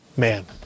man